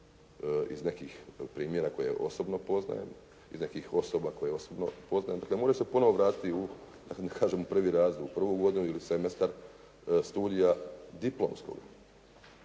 iz nekih primjera koje osobno poznajem, iz nekih osoba koje osobno poznajem. Dakle moraju se ponovo vratiti da ne kažem u prvi razred, u prvu godinu ili semestar studija diplomskog.